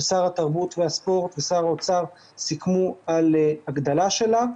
ששר התרבות והספורט וששר האוצר סיכמו על הגדלה שלה.